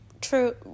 true